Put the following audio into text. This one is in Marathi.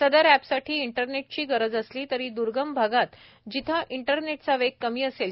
सदर एपसाठी इंटरनेटची गरज असली तरी दर्गम भागात जेथे इंटरनेटचा वेग कमी असेल